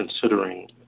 considering